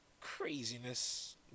craziness